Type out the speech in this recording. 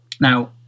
now